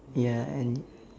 ya and